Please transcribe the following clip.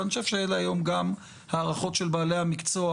אני חושב שאלה היום גם ההערכות של בעלי המקצוע,